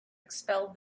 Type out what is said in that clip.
expel